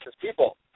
people